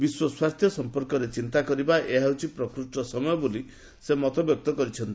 ବିଶ୍ୱ ସ୍ୱାସ୍ଥ୍ୟ ସମ୍ପର୍କରେ ଚିନ୍ତା କରିବା ଏହା ହେଉଛି ପ୍ରକୃଷ୍ଣ ସମୟ ବୋଲି ସେ ମତବ୍ୟକ୍ତ କରିଛନ୍ତି